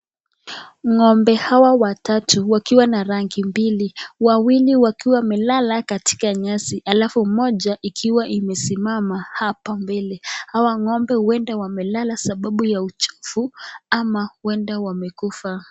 Ng'ombe hawa watatu wakiwa na rangi mbili, wawili wakiwa wamelala katika nyasi alafu mmoja ikiwa imesimama hapa mbele. Hawa ng'ombe huenda wamelala sababu ya uchovu ama huenda wamekufa.